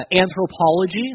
anthropology